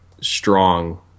strong